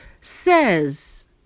says